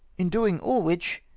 in doing all which,